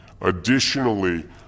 Additionally